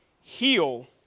heal